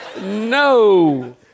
No